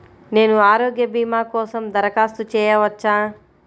నేను ఆరోగ్య భీమా కోసం దరఖాస్తు చేయవచ్చా?